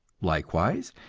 likewise,